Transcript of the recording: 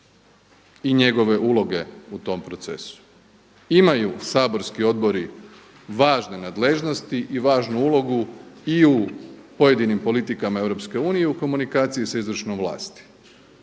i njegove uloge u tom procesu. Imaju saborski odbori važne nadležnosti i važnu ulogu i u pojedinim politikama Europske unije i komunikaciji sa izvršnom vlasti,